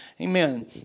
Amen